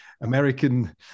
American